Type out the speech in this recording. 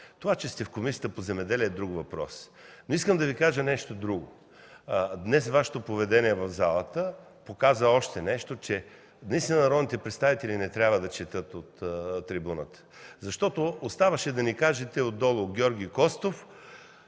Това, че сте в Комисията по земеделието, е друг въпрос. Но искам да Ви кажа нещо друго. Днес Вашето поведение в залата показа още нещо – че наистина народните представители не трябва да четат от трибуната. Оставаше да ни кажете отдолу „Георги Костов”